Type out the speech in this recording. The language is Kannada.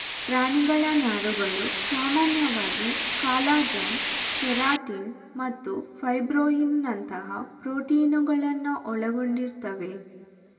ಪ್ರಾಣಿಗಳ ನಾರುಗಳು ಸಾಮಾನ್ಯವಾಗಿ ಕಾಲಜನ್, ಕೆರಾಟಿನ್ ಮತ್ತು ಫೈಬ್ರೋಯಿನ್ ನಂತಹ ಪ್ರೋಟೀನುಗಳನ್ನ ಒಳಗೊಂಡಿರ್ತವೆ